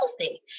healthy